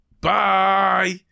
Bye